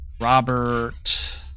Robert